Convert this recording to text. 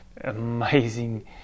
amazing